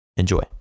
Enjoy